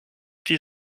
die